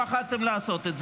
פחדתם לעשות את זה.